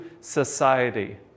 society